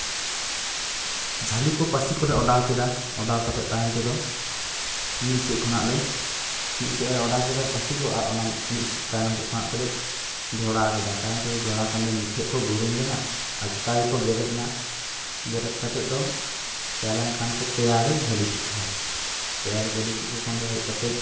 ᱡᱷᱟᱹᱞᱤ ᱠᱚ ᱯᱟᱹᱥᱤ ᱠᱚᱞᱮ ᱚᱰᱟᱣ ᱠᱮᱫᱟ ᱚᱰᱟᱣ ᱠᱟᱛᱮᱫ ᱛᱟᱭᱚᱢ ᱛᱮᱫᱚ ᱢᱤᱫ ᱥᱮᱫ ᱠᱷᱚᱱᱟᱜ ᱞᱮ ᱢᱤᱫ ᱥᱮᱫ ᱞᱮ ᱚᱰᱟᱣ ᱠᱮᱫᱟ ᱯᱟᱹᱥᱤ ᱠᱚ ᱟᱨ ᱚᱱᱟ ᱢᱤᱫ ᱛᱟᱭᱱᱚᱢ ᱥᱮᱫ ᱠᱷᱚᱱᱟᱜ ᱫᱚᱞᱮ ᱡᱷᱚᱲᱟ ᱠᱮᱫᱟ ᱛᱟᱭᱱᱚᱢ ᱛᱮᱫᱚ ᱡᱷᱚᱲᱟ ᱠᱷᱟᱱ ᱫᱚ ᱢᱤᱫ ᱴᱷᱮᱱ ᱠᱚ ᱵᱩᱨᱩᱢ ᱞᱮᱱᱟ ᱟᱪᱠᱟ ᱜᱮᱠᱚ ᱵᱮᱨᱮᱫᱼᱱᱟ ᱵᱮᱨᱮᱫ ᱠᱟᱛᱮᱫ ᱫᱚ ᱪᱟᱞᱟᱮᱣᱱ ᱠᱷᱟᱱ ᱫᱚ ᱯᱮᱭᱟ ᱞᱮ ᱡᱷᱟᱹᱞᱤ ᱠᱮᱫ ᱠᱚᱣᱟ ᱯᱮᱭᱟᱞᱮ ᱡᱷᱟᱹᱞᱤ ᱠᱮᱫ ᱠᱚ ᱠᱷᱟᱱ ᱫᱚ ᱦᱮᱡ ᱠᱟᱛᱮᱫ